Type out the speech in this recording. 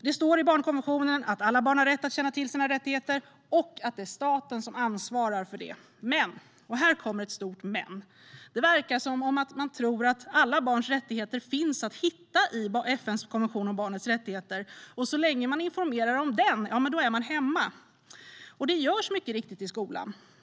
Det står i barnkonventionen att alla barn har rätt att känna till sina rättigheter, och att det är staten som ansvarar för det. Men - och här kommer det ett stort men - det verkar som man tror att alla barns rättigheter finns att hitta i FN:s konvention om barnets rättigheter, och så länge man informerar om den är man hemma. Det görs mycket riktigt i skolan.